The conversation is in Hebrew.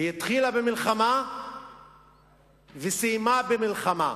היא התחילה במלחמה וסיימה במלחמה.